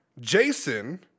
Jason